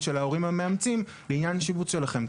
של ההורים המאמצים לעניין השיבוץ שלכם?